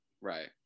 right